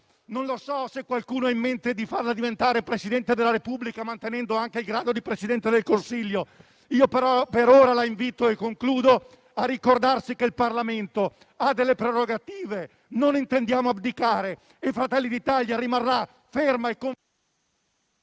Non so se qualcuno ha in mente di farla diventare Presidente della Repubblica mantenendo anche il ruolo di Presidente del Consiglio, io però per ora la invito a ricordarsi che il Parlamento ha delle prerogative a cui non intendiamo abdicare, e che Fratelli d'Italia rimarrà ferma nel